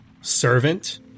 Servant